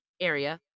area